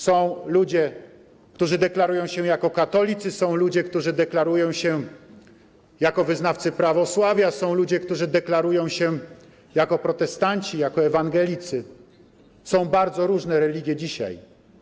Są ludzie, którzy deklarują się jako katolicy, są ludzie, którzy deklarują się jako wyznawcy prawosławia, są ludzie, którzy deklarują się jako protestanci, jako ewangelicy - są bardzo różne religie dzisiaj.